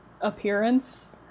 appearance